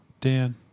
Dan